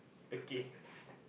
okay